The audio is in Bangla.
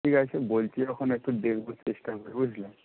ঠিক আছে বলছো যখন একটু দেখবো চেষ্টা করে বুঝলে